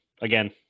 again